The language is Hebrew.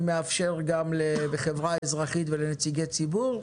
אני מאפשר גם לאנשי החברה האזרחית ולנציגי ציבור להתייחס.